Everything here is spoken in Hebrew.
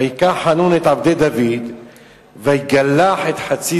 וייקח חנון את עבדי דוד ויגלח את חצי